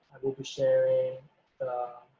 will be sharing the